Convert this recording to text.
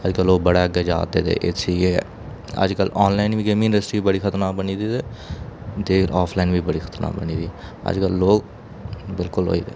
अज्जकल लोग बड़ा अग्गें जा'रदे ते इसलेई अज्जकल आनलाइन बी गेमिंग इंडस्ट्री बड़ी खतरनाक बनी दी ते ते आफलाइन बी खतरनाक बनी दी ते अज्जकल लोक बिलकुल होई गेदे